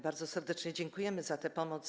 Bardzo serdecznie dziękujemy za tę pomoc.